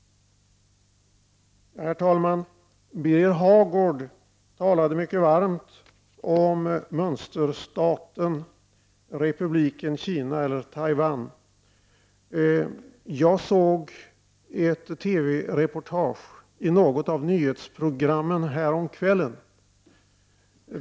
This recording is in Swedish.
Herr talman! Birger Hagård talade mycket varmt om mönsterstaten republiken Taiwan. Jag såg ett TV-reportage i något av nyhetsprogrammen häromkvällen.